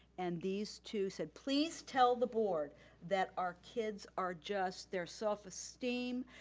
and these two said, please tell the board that our kids are just their self-esteem,